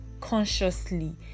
consciously